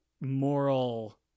moral